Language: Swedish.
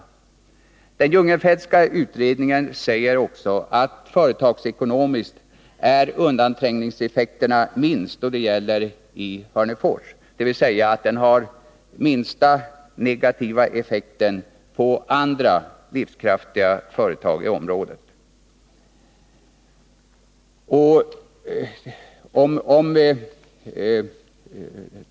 I den Jungenfeltska utredningen sägs också att undanträngningseffekterna företagsekonomiskt är minst då det gäller Hörnefors, dvs. det blir den minsta negativa effekten på andra, livskraftiga företag i området.